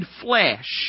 flesh